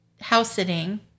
house-sitting